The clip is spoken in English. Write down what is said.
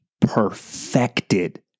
perfected